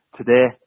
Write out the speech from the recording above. today